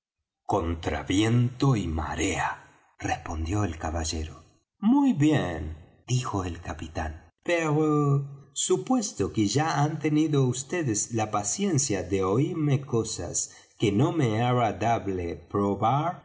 expedición contra viento y marea respondió el caballero muy bien dijo el capitán pero supuesto que ya han tenido vds la paciencia de oirme cosas que no me era dable probar